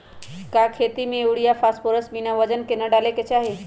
का खेती में यूरिया फास्फोरस बिना वजन के न डाले के चाहि?